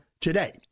today